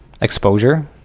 Exposure